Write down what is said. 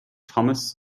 thomas